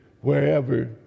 wherever